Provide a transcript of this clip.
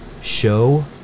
Show